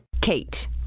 KATE